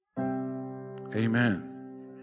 Amen